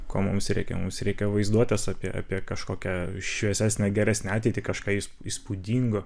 ko mums reikia mums reikia vaizduotės apie apie kažkokią šviesesnę geresnę ateitį kažką įspūdingo